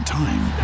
time